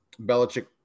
Belichick